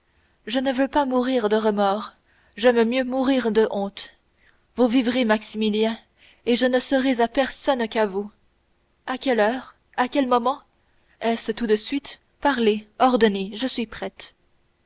je ne veux pas mourir de remords j'aime mieux mourir de honte vous vivrez maximilien et je ne serai à personne qu'à vous à quelle heure à quel moment est-ce tout de suite parlez ordonnez je suis prête